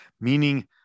meaning